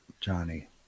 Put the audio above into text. Johnny